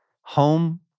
home